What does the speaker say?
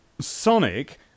Sonic